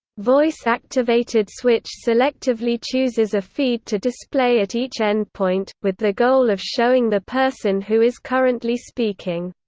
voice-activated switch selectively chooses a feed to display at each endpoint, with the goal of showing the person who is currently speaking.